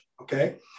Okay